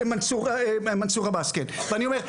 ואני אומר,